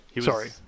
Sorry